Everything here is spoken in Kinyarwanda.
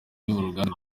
uruganda